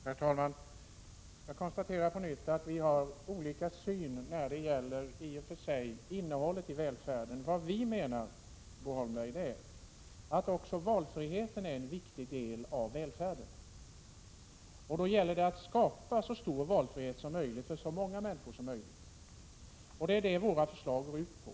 Herr talman! Jag konstaterar på nytt att vi har olika sätt att se på innehållet i välfärden. Vad vi menar, Bo Holmberg, är att även valfriheten är en viktig del av välfärden. Då gäller det att skapa så stor valfrihet som möjligt för så många människor som möjligt. Det är det våra förslag går ut på.